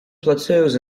plateaus